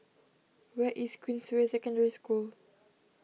where is Queensway Secondary School